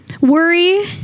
Worry